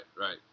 right